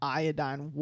iodine